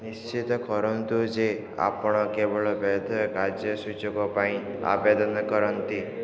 ନିଶ୍ଚିତ କରନ୍ତୁ ଯେ ଆପଣ କେବଳ ବୈଧ କାର୍ଯ୍ୟ ସୁଯୋଗ ପାଇଁ ଆବେଦନ କରନ୍ତି